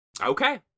Okay